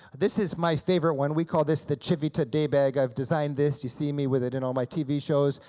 this is my favorite one, we call this the civita day bag, i've designed this, you see me with it in all my tv shows.